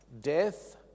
Death